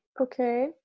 okay